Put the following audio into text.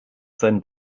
sein